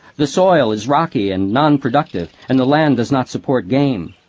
the soil is rocky and non-productive and the land does not support game.